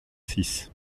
six